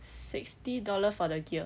sixty dollar for the gear